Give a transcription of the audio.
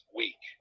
week